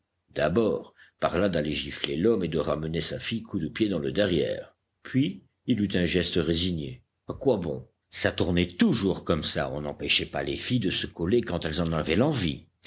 d'abord parla d'aller gifler l'homme et de ramener sa fille à coups de pied dans le derrière puis il eut un geste résigné à quoi bon ça tournait toujours comme ça on n'empêchait pas les filles de se coller quand elles en avaient l'envie